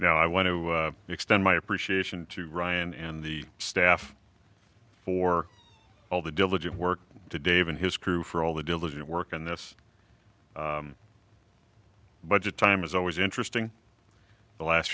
now i want to extend my appreciation to ryan and the staff for all the diligent work to dave and his crew for all the diligent work on this budget time is always interesting the last